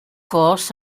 force